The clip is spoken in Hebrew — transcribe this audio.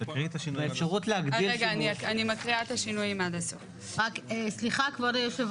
אני עוברת לעמוד 7, סעיף